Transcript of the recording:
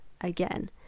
again